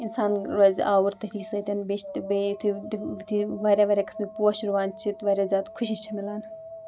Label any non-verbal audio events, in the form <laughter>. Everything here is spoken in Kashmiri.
اِنسان روزِ آوُر تٔتھی سۭتۍ بیٚیہِ چھِ تہِ بیٚیہِ یُتھُے <unintelligible> یُتھُے واریاہ واریاہ قٕسمٕکۍ پوش رُوان چھِ واریاہ زیادٕ خوشی چھِ مِلان